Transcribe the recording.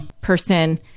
person